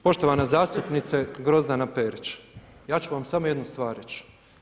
Poštovana zastupnice Grozdana Perić, ja ću vam samo jednu stvar reći.